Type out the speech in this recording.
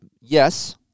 Yes